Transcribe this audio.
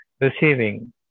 receiving